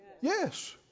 yes